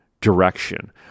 direction